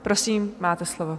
Prosím, máte slovo.